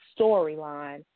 storyline